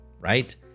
Right